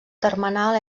termenal